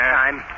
time